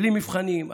בלי מבחנים,